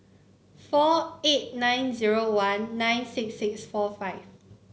four eight nine zero one nine six six four five